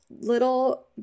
little